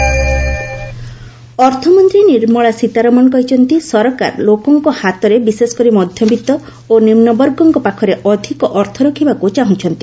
FM briefing ଅର୍ଥମନ୍ତ୍ରୀ ନିର୍ମଳା ସୀତାରମଣ କହିଛନ୍ତି ସରକାର ଲୋକଙ୍କ ହାତରେ ବିଶେଷକରି ମଧ୍ୟବିତ୍ତ ଓ ନିମ୍ନବର୍ଗଙ୍କ ପାଖରେ ଅଧିକ ଅର୍ଥ ରଖିବାକୁ ଚାହୁଁଛନ୍ତି